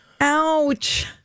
Ouch